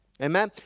Amen